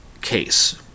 case